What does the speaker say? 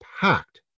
packed